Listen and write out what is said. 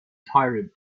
tyrant